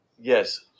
Yes